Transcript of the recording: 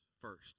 first